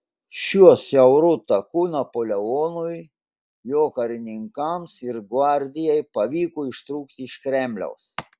šiuo siauru taku napoleonui jo karininkams ir gvardijai pavyko ištrūkti iš kremliaus